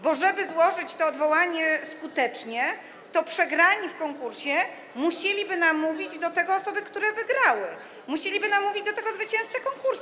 Bo żeby złożyć to odwołanie skutecznie, przegrani w konkursie musieliby namówić do tego osoby, które wygrały, musieliby namówić do tego zwycięzcę konkursu.